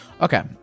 okay